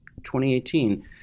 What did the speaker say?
2018